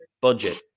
budget